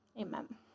amen